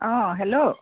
অঁ হেল্ল'